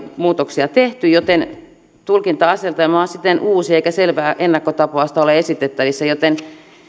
muutoksia tehty joten tulkinta asetelma on siten uusi eikä selvää ennakkotapausta ole esitettävissä joten